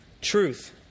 Truth